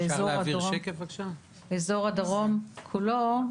באזור הדרום כולו,